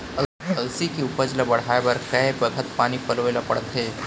अलसी के उपज ला बढ़ए बर कय बखत पानी पलोय ल पड़थे?